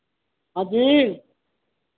हाँ जी